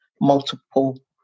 multiple